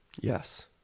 Yes